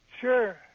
Sure